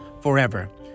forever